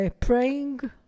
praying